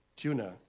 Tuna